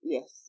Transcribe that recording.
Yes